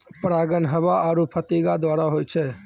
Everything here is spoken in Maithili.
परागण हवा आरु फतीगा द्वारा होय छै